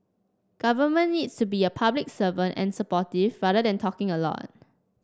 government needs to be a public servant and supportive rather than talking a lot